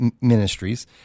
Ministries